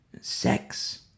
sex